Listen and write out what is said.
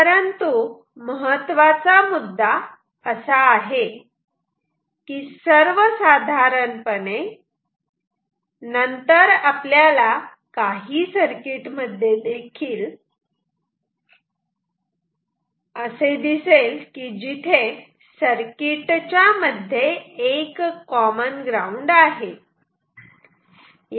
परंतु महत्वाचा मुद्दा असा आहे की सर्वसाधारणपणे नंतर आपल्याला काही सर्किट मध्ये देखील दिसतील जिथे सर्किटच्या मध्ये एक कॉमन ग्राउंड आहे